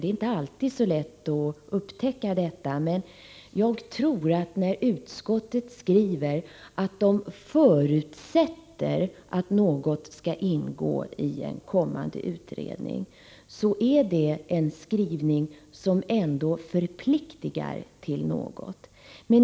Det är inte alltid så lätt att upptäcka detta, men jag tror, att när utskottet skriver att man förutsätter att något skall ingå i en kommande utredning, är det en skrivning som förpliktigar till något.